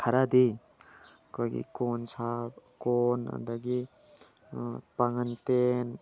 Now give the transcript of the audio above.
ꯈꯔꯗꯤ ꯑꯩꯈꯣꯏꯒꯤ ꯀꯣꯟ ꯀꯣꯟ ꯑꯗꯒꯤ ꯄꯥꯉꯟꯗꯦꯝ